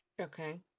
Okay